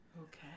Okay